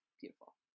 beautiful